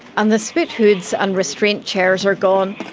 and the spit-hoods and restraint chairs are gone.